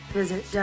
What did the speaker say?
visit